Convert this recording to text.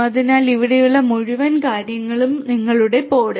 അതിനാൽ ഇവിടെയുള്ള മുഴുവൻ കാര്യങ്ങളും ഇതാണ് നിങ്ങളുടെ പോഡ്